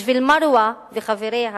בשביל מרוה וחבריה,